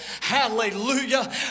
Hallelujah